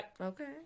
Okay